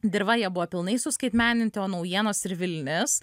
dirva jie buvo pilnai suskaitmeninti o naujienos ir vilnis